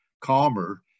calmer